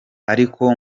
ariko